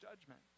judgment